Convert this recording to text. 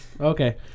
Okay